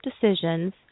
decisions